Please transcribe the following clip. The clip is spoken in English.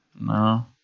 No